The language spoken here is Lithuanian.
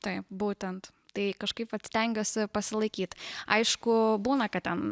taip būtent tai kažkaip vat stengiuosi pasilaikyt aišku būna kad ten